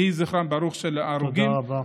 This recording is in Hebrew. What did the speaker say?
יהי זכרם של ההרוגים ברוך, תודה רבה.